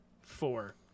four